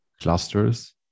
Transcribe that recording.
clusters